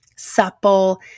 supple